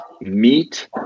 meet